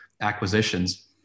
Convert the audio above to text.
acquisitions